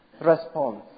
response